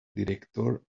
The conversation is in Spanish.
director